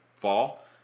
fall